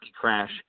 crash